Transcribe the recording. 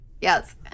Yes